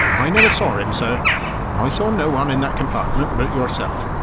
i never saw him, sir i saw no one in that compartment but yourself.